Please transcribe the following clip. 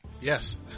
Yes